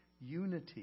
unity